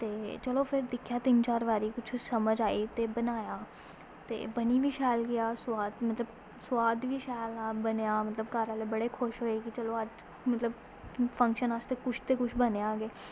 ते चलो फिर दिक्खेआ तीन चार बारी कुछ समझ आई ते बनाया ते बनी बी शैल गेआ स्वाद मतलब स्वाद बी शैल बनेआ मतलब घर आह्ले बड़े खुश होये मतलब मतलब फंक्शन आस्तै कुछ ते कुछ बनेआ गै